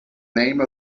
name